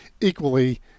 equally